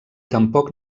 tampoc